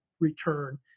return